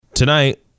Tonight